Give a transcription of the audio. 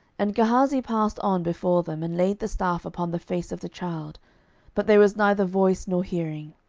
and gehazi passed on before them, and laid the staff upon the face of the child but there was neither voice, nor hearing.